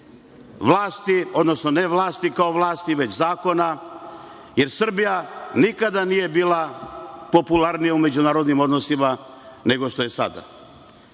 vlasti, odnosno nevlasti kao vlasti, već zakona, jer Srbija nikada nije bila popularnija u međunarodnim odnosima, nego što je sada. Kada